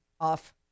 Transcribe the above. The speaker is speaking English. off